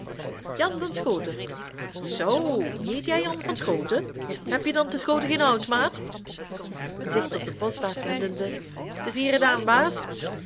jan van schoten zoo hiet jij jan van schoten heb je dan te schoten geen hout maat en zich tot den boschbaas wendende t is